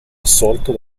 assolto